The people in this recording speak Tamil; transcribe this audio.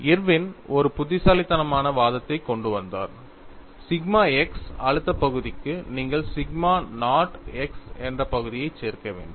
இர்வின் ஒரு புத்திசாலித்தனமான வாதத்தை கொண்டு வந்தார் சிக்மா X அழுத்த பகுதிக்கு நீங்கள் சிக்மா நாட் X என்ற பகுதியைச் சேர்க்க வேண்டும்